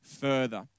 further